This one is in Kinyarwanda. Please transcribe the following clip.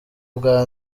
bwa